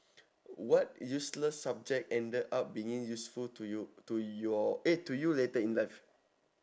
what useless subject ended up being useful to you to your eh to you later in life